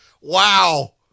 Wow